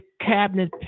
cabinet